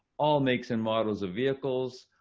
all makes and models of vehicles,